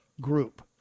Group